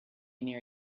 near